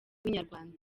inyarwanda